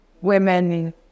women